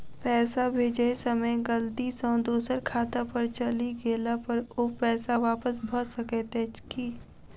पैसा भेजय समय गलती सँ दोसर खाता पर चलि गेला पर ओ पैसा वापस भऽ सकैत अछि की?